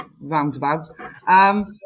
roundabout